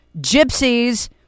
gypsies